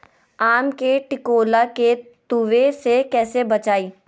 आम के टिकोला के तुवे से कैसे बचाई?